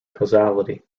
causality